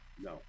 No